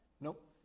Nope